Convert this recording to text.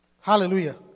Hallelujah